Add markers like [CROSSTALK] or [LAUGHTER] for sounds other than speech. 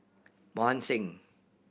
[UNINTELLIGIBLE] Singh